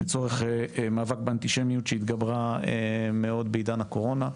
לצורך מאבק באנטישמיות שהתגברה מאוד בעידן הקורונה.